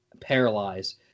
paralyze